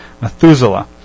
Methuselah